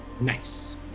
Nice